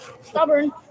stubborn